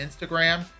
Instagram